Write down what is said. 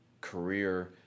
career